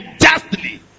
justly